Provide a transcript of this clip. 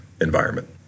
environment